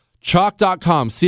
Chalk.com